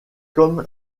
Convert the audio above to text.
comme